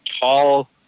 tall